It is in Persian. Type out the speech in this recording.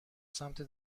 سمت